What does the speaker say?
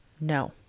No